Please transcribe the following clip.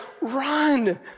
run